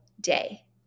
day